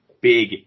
big